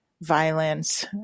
violence